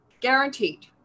guaranteed